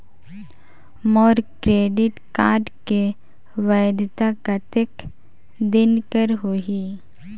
मोर credit card के वैधता कतेक दिन कर होही?